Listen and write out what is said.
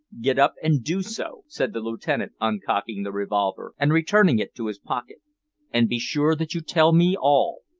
get up and do so, said the lieutenant, uncocking the revolver, and returning it to his pocket and be sure that you tell me all,